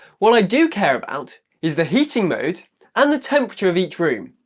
what i do care about is the heating mode and the temperature of each room,